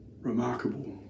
remarkable